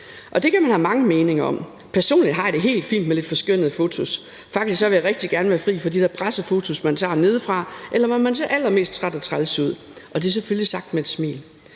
Det kan man have mange meninger om. Personligt har jeg det helt fint med lidt forskønnede fotos. Faktisk vil jeg rigtig gerne være fri for de der pressefotos, man tager nedefra, eller hvor man ser allermest træt og træls ud – og det er selvfølgelig sagt med et smil.